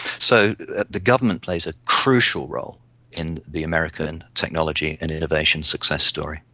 so the government plays a crucial role in the american technology and innovation success story.